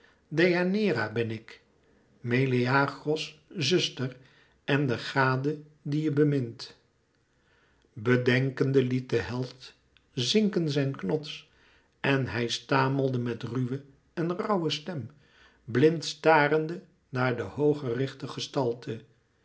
deianeira ben ik meleagros zuster en de gade die je bemint bedenkende liet de held zinken zijn knots en hij stamelde met ruwe en rauwe stem blind starende naar de hoog gerichte gestalte